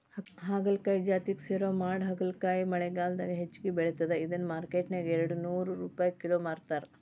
ಹಾಗಲಕಾಯಿ ಜಾತಿಗೆ ಸೇರೋ ಮಾಡಹಾಗಲಕಾಯಿ ಮಳೆಗಾಲದಾಗ ಹೆಚ್ಚಾಗಿ ಬೆಳಿತದ, ಇದನ್ನ ಮಾರ್ಕೆಟ್ನ್ಯಾಗ ಎರಡನೂರ್ ರುಪೈ ಕಿಲೋ ಮಾರ್ತಾರ